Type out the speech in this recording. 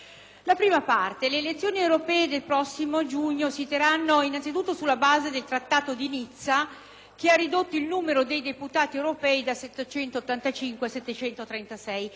che ha ridotto il numero di deputati europei da 785 a 736; ciò comporta alcuni adattamenti automatici da parte dei Paesi membri, non ultima